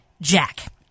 Jack